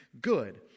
good